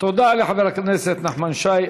תודה לחבר הכנסת נחמן שי.